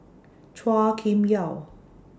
Chua Kim Yeow